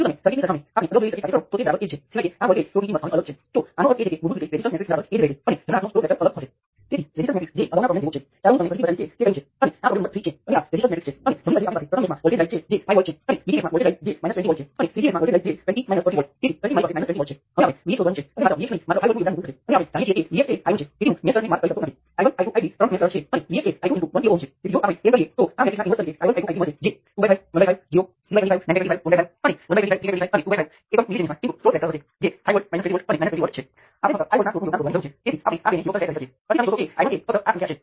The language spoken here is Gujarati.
સ્પષ્ટપણે તમે અનુમાન લગાવ્યું હશે કે જો તમારી પાસે ફક્ત કરંટ સોર્સ હોય તો તમે રેઝિસ્ટન્સ સાથે સિરિઝમાં વોલ્ટેજ સોર્સ તરીકે રજૂ કરી શકતા નથી કારણ કે કરંટ સોર્સનું ઓપન સર્કિટ વોલ્ટેજ અનંત છે તેથી આ Vth અનંત હશે અને આ Rth પણ અનંત હશે